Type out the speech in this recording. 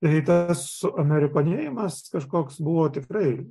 ir ta suamerikonėjimas kažkoks buvo tikrai